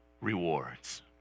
rewards